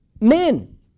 men